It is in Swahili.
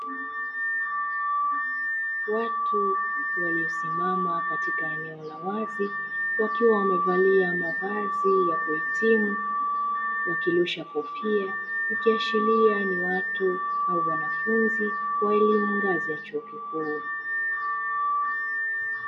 Watu waliosimama katika eneo la wazi wakiwa wamevalia mavazi ya kuhitimu wakirusha kofia, ikiashiria ni watu au wanafunzi wa elimu ngazi ya chuo kikuu.